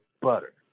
butter